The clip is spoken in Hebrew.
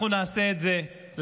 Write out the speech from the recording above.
אנחנו נעשה את זה לחמאס.